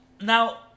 now